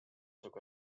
took